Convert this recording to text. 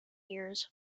years